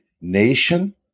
nation